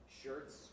shirts